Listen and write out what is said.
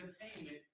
entertainment